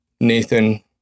Nathan